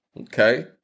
Okay